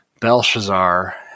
Belshazzar